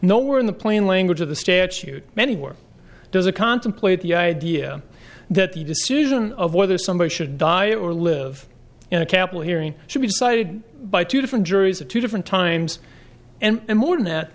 nowhere in the plain language of the statute many work does a contemplate the idea that the decision of whether somebody should die or live in a capital hearing should be decided by two different juries are two different times and more